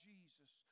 Jesus